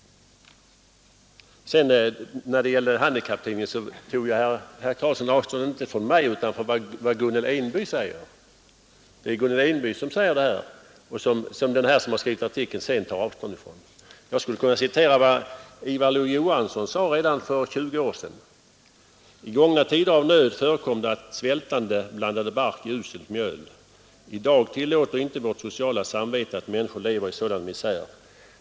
När det gäller handikapptidningen så tog herr Karlsson inte avstånd från mig utan från vad Gunnel Enby säger. Det är Gunnel Enby som har skrivit detta som artikelförfattaren sedan tar avstånd från. Jag skulle kunna citera vad Ivar LO-Johansson skrev redan för 20 år sedan: ”I gångna tider av nöd förekom det att svältande blandade bark i uselt mjöl. I dag tillåter inte vårt sociala samvete att människor lever i sådan misär.